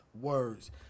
words